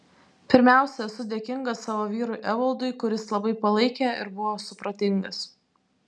pirmiausia esu dėkinga savo vyrui evaldui kuris labai palaikė ir buvo supratingas